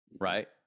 right